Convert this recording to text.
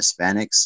Hispanics